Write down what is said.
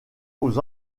aux